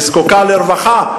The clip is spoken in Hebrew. שזקוקה לרווחה,